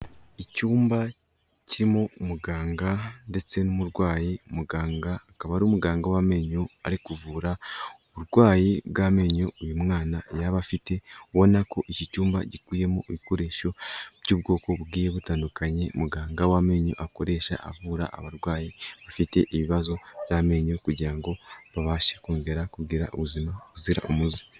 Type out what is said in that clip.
Icyumba kirimo umuganga ndetse n'umurwayi, muganga akaba ari umuganga w'amenyo ari kuvura uburwayi bw'amenyo uyu mwana yaba afite, ubona ko iki cyumba gikubiyemo ibikoresho by'ubwoko bugiye butandukanye muganga w'amenyo akoresha avura abarwayi bafite ibibazo by'amenyo, kugira ngo babashe kongera kugira ubuzima buzira umuze.